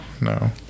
no